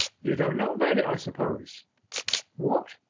you don't know about it, i suppose what?